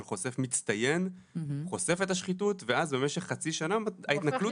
חושף מצטיין הוא חושף את השחיתות ואז במשך חצי שנה ההתנכלות